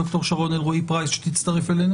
דוקטור שרון אלרעי פרייס שתצטרף אלינו